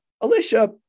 Alicia